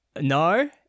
no